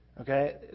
Okay